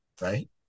right